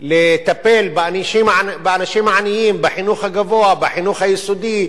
לטפל באנשים העניים, בחינוך הגבוה, בחינוך היסודי,